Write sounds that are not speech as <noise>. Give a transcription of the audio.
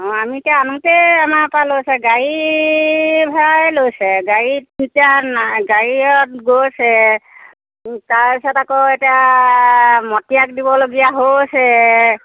অঁ আমি এতিয়া আনোতেই আমাৰপৰা লৈছে গাড়ী ভাড়াই লৈছে গাড়ীত এতিয়া <unintelligible> গাড়ীত গৈছে তাৰপিছত আকৌ এতিয়া মতীয়াক দিবলগীয়া হৈছে